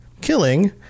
killing